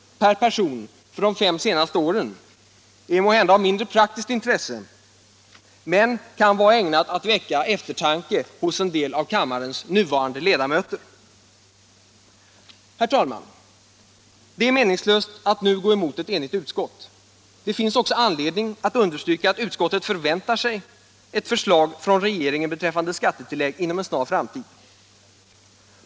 per person för de fem senaste åren är måhända av mindre praktiskt intresse men kan vara ägnat att väcka eftertanke hos en del av kammarens ledamöter: Herr talman! Det är meningslöst att nu gå emot ett enigt utskott. Det finns också anledning att understryka att utskottet förväntar sig ett förslag från regeringen beträffande skattetillägg inom en snar framtid.